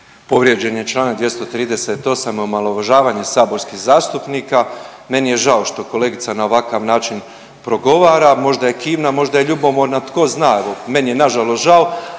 Povrijeđen je čl. 238. omalovažavanje saborskih zastupnika, meni je žao što kolegica na ovakav način progovara. Možda je kivna, možda je ljubomorna tko zna? Evo meni je nažalost žao.